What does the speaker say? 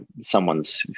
someone's